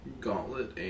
Gauntlet